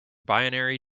binary